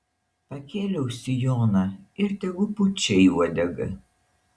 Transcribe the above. pakėliau sijoną ir tegu pučia į uodegą